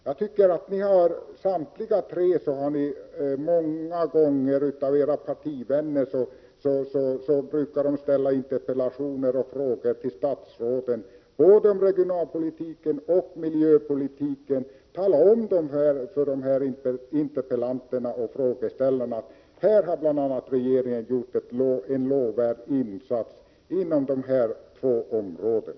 Partivänner till er alla tre har många gånger ställt interpellationer och frågor till statsråden både om regionalpolitiken och om miljöpolitiken. Tala om för de interpellanterna och frågeställarna att regeringen bl.a. på den här punkten har gjort en lovvärd insats på dessa båda områden!